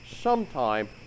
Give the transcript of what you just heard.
sometime